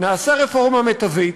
נעשה רפורמה מיטבית,